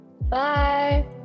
Bye